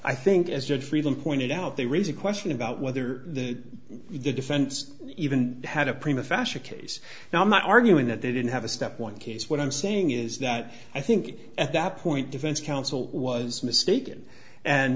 i think as judge freedom pointed out they raise a question about whether the defense even had a prima fashioned case now i'm not arguing that they didn't have a step one case what i'm saying is that i think at that point defense counsel was mistaken and